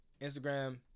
Instagram